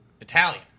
Italian